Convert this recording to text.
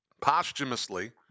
posthumously